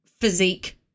physique